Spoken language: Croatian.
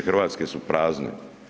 3 Hrvatske su prazne.